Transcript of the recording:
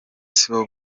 sibo